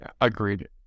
agreed